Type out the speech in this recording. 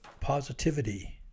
positivity